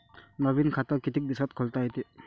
नवीन खात कितीक दिसात खोलता येते?